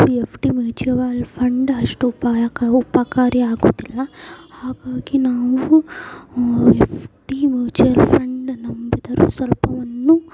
F D mutual fund ಅಷ್ಟು ಉಪಾಯಕ ಉಪಕಾರಿ ಆಗುತ್ತಿಲ್ಲ ಹಾಗಾಗಿ ನಾವು ಎಫ್ ಡಿ ಮ್ಯೂಚುವಲ್ ಫಂಡ್ ನಂಬಿದರೂ ಸ್ವಲ್ಪವನ್ನು